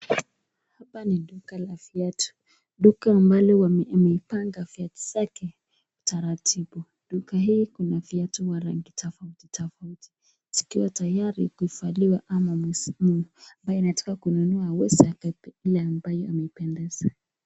Hapa ni duka la viatu, duka ambalo imepanga viatu zake kwa utaratibu. Duka hii kuna viatu ya rangi tofauti tofauti zikiwa tayari kuvaliwa ama ambaye anataka kuinunua aweze akabeba ile ambayo imempendeza.